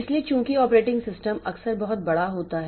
इसलिए चूंकि operating system अक्सर बहुत बड़ा होता है